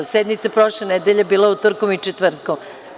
Sednica je prošle nedelje bila utorkom i četvrtkom.